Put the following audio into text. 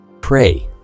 Pray